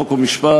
חוק ומשפט,